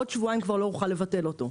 בעוד שבועיים כבר לא אוכל לבטל אותו,